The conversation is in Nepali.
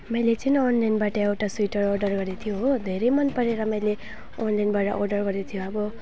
मैले चाहिँ अनलाइनबाट एउटा स्वेटर अर्डर गरेको थियो हो धेरै मनपरेर मैले अनलाइनबाट अर्डर गरेको थियो अब